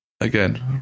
again